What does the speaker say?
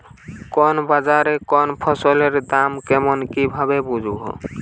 কোন বাজারে কোন ফসলের দাম কেমন কি ভাবে বুঝব?